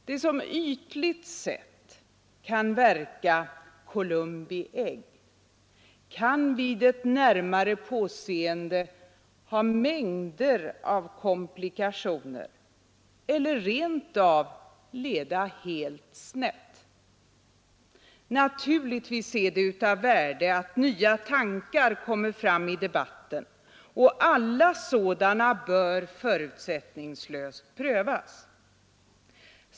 Det som ytligt sett kan verka Colum bi ägg kan vid närmare påseende ha mängder av komplikationer eller rent av leda helt snett. Naturligtvis är det av värde att nya tankar kommer fram i debatten, och alla sådana bör förutsättningslöst prövas.